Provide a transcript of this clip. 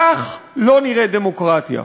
כך לא נראית דמוקרטיה.